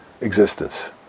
existence